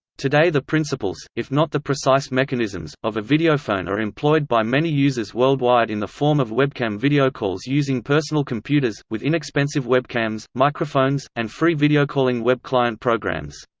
today the principles, if not the precise mechanisms, of a videophone are employed by many users worldwide in the form of webcam videocalls using personal computers, with inexpensive webcams, microphones, and free videocalling web client programs.